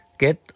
Get